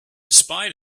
spite